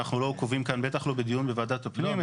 אנחנו לא קובעים כאן, בטח לא בדיון בוועדת הפנים.